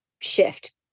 shift